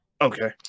Okay